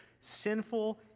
sinful